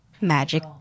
Magic